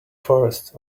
forest